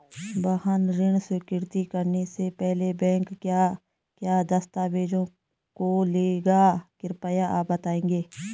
वाहन ऋण स्वीकृति करने से पहले बैंक क्या क्या दस्तावेज़ों को लेगा कृपया आप बताएँगे?